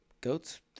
goats